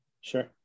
Sure